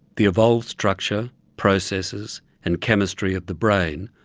the evolved structure, processes, and chemistry of the brain,